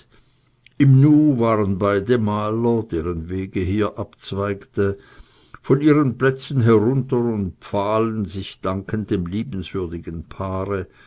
im nu waren beide maler deren weg hier abzweigte von ihren plätzen herunter und empfahlen sich dankend dem liebenswürdigen paare